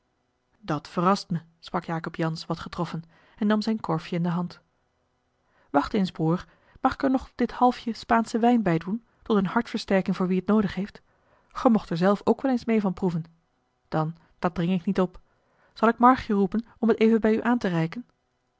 dat verrast me sprak jacob jansz wat getroffen en nam zijn korfje in de hand wacht eens broêr mag ik er nog dit halfje spaansche wijn bij doen tot eene hartversterking voor wie t noodig heeft ge mocht er zelf ook wel eens meê van proeven dan dat dring ik niet op zal ik marrigjen roepen om het even bij u aan te reiken